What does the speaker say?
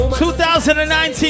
2019